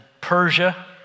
Persia